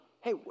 hey